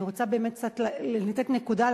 אני רוצה באמת קצת לתת נקודה,